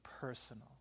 personal